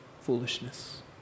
foolishness